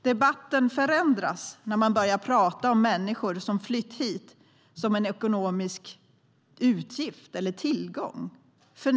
Debatten förändras när man börjar prata om människor som flytt hit som en ekonomisk utgift eller tillgång.